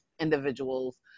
individuals